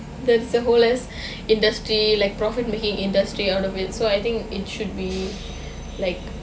that's the whole industry like profit making industry out of it so I think it should be like